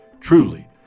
Truly